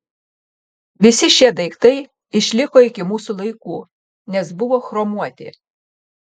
visi šie daiktai išliko iki mūsų laikų nes buvo chromuoti